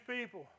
people